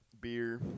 beer